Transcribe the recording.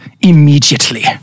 immediately